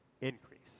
increase